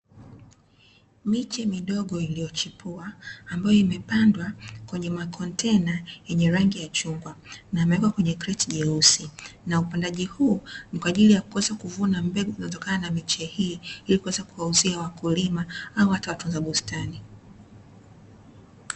Miche midogo iliyochipua ambayo imepandwa kwenye makontena yenye rangi ya chungwa na yamewekwa kwenye kreti jeusi, na upandaji huu ni kwa ajili ya kuweza kuvuna mbegu zinazotokana miche hii ili kuweza kuwauzia wakulima au hata watunza bustani.